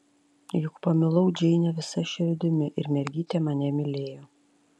juk pamilau džeinę visa širdimi ir mergytė mane mylėjo